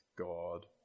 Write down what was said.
God